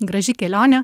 graži kelionė